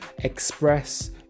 express